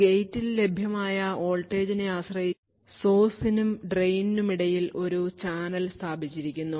ഗേറ്റിൽ ലഭ്യമായ വോൾട്ടേജിനെ ആശ്രയിച്ച് source നും ഡ്രെയിനിനുമിടയിൽ ഒരു ചാനൽ സ്ഥാപിച്ചിരിക്കുന്നു